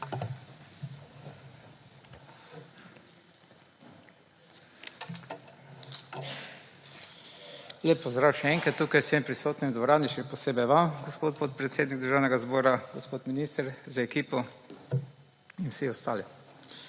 Lep pozdrav še enkrat tukaj vsem prisotnim v dvorani, še posebej vam gospod podpredsednik Državnega zbora, gospod minister z ekipo in vsi ostali!